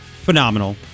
phenomenal